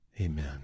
Amen